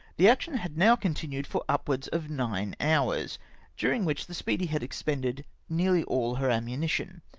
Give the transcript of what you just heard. the action had now continued for upwards of nine hours during which the speedy had expended nearly all her ammunition,